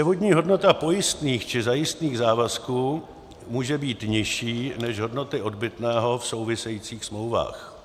Převodní hodnota pojistných či zajistných závazků může být nižší než hodnoty odbytného v souvisejících smlouvách.